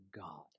God